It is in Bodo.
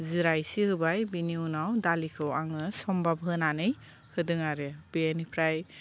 जिरा एसे होबाय बिनि उनाव दालिखौ आङो समबाब होनानै होदों आरो बेनिफ्राय